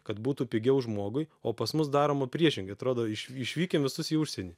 kad būtų pigiau žmogui o pas mus daroma priešingai atrodo iš išvykim visus į užsienį